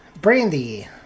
Brandy